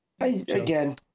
again